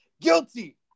Guilty